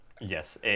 Yes